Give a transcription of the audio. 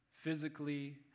physically